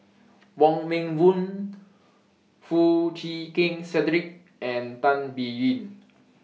Wong Meng Voon Foo Chee Keng Cedric and Tan Biyun